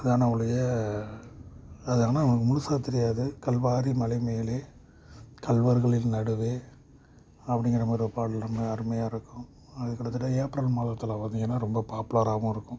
அதானே ஒழிய அது ஆனால் எனக்கு முழுசா தெரியாது கல்வாரி மலைமேலே கள்வர்களின் நடுவே அப்படிங்கிற மாதிரி ஒரு பாடல் ரொம்ப அருமையாக இருக்கும் அதுக்கடுத்தது ஏப்ரல் மாதத்தில் பார்த்திங்கனா ரொம்ப பாப்புலராகவும் இருக்கும்